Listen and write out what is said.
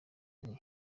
nti